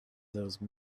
those